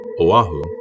Oahu